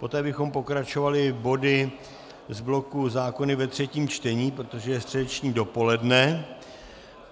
Poté bychom pokračovali body z bloku zákony ve třetím čtení, protože je středeční dopoledne,